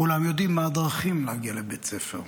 כולם יודעים מה הדרכים להגיע לבית ספר.